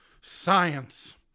science